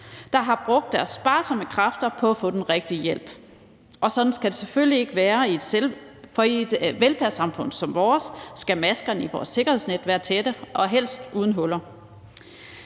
der har brugt deres sparsomme kræfter på at få den rigtige hjælp, og sådan skal selvfølgelig ikke være. I et velfærdssamfund som vores skal maskerne i vores sikkerhedsnet være tætte og helst uden huller.